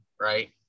right